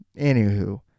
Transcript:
Anywho